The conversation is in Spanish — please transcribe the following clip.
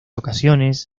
ocasiones